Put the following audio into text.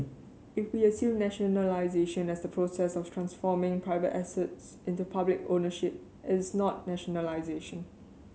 if we assume nationalisation as the process of transforming private assets into public ownership it is not nationalisation